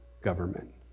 government